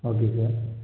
okay sir